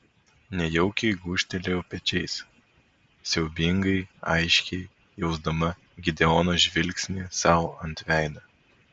nejaukiai gūžtelėjau pečiais siaubingai aiškiai jausdama gideono žvilgsnį sau ant veido